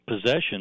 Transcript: possession